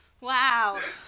Wow